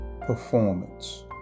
performance